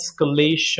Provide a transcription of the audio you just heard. escalation